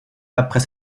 après